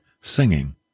singing